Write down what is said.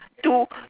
two